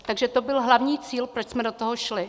Takže to byl hlavní cíl, proč jsme do toho šli.